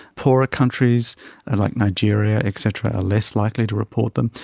poorer countries like nigeria et cetera are less likely to report them.